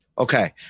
Okay